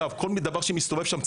כל מי שמסתובב שם,